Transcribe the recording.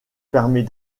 permet